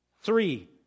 Three